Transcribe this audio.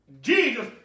Jesus